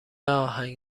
آهنگ